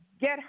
Get